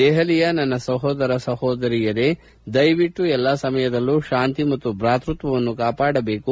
ದೆಹಲಿಯ ನನ್ನ ಸಹೋದರ ಸಹೋದರಿಯರೇ ದಯವಿಟ್ಟು ಎಲ್ಲಾ ಸಮಯದಲಲ್ಲೂ ಶಾಂತಿ ಮತ್ತು ಭ್ರಾತೃತ್ವವನ್ನು ಕಾಪಾಡಬೇಕು